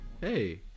Hey